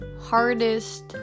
hardest